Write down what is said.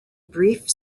brief